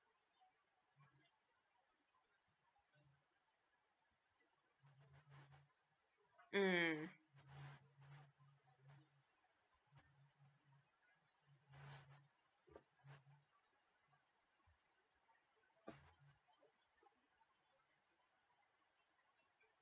mm